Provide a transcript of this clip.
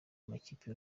amakipe